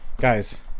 guys